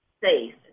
safe